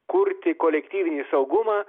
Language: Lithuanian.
kurti kolektyvinį saugumą